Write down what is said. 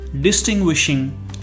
distinguishing